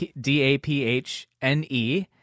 D-A-P-H-N-E